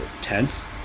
tense